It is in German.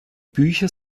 bücher